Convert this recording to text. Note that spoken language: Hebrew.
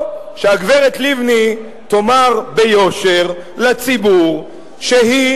או שהגברת לבני תאמר ביושר לציבור שהיא